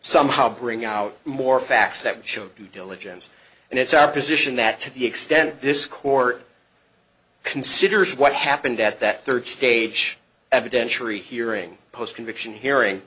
somehow bring out more facts that show due diligence and its opposition that to the extent this court considers what happened at that third stage evidentiary hearing post conviction hearing